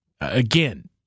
again